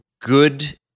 good